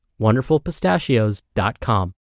wonderfulpistachios.com